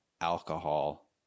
alcohol